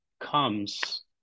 comes